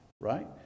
right